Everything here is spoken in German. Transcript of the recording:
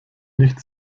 nicht